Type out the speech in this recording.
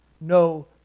No